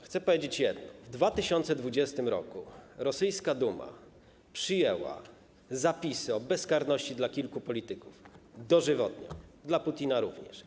Chcę powiedzieć jedno, w 2020 r. rosyjska Duma przyjęła zapisy o bezkarności dla kilku polityków, dożywotnio, dla Putina również.